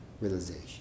realization